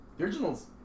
Originals